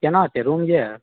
केना हेतय रूम यऽ